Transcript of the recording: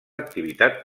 activitat